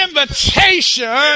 invitation